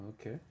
Okay